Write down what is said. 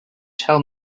tell